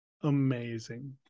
Amazing